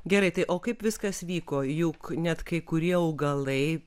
gerai tai o kaip viskas vyko juk net kai kurie augalai